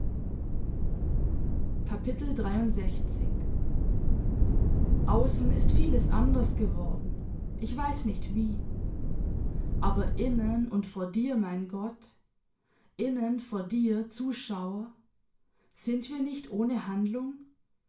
aussen ist vieles anders geworden ich weiß nicht wie aber innen und vor dir mein gott innen vor dir zuschauer sind wir nicht ohne handlung